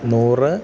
നൂറ്